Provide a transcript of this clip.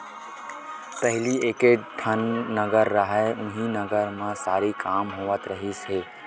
पहिली एके ठन नांगर रहय उहीं नांगर म सरी काम होवत रिहिस हे